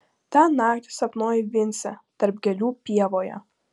tą naktį sapnuoju vincę tarp gėlių pievoje